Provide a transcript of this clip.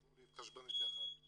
רק לא להתחשבן איתי אחר כך.